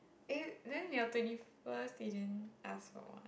eh then your twenty first is in ask for what